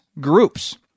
groups